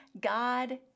God